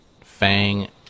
Fang